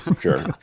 sure